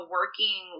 working